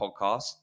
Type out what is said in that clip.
podcast